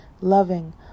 loving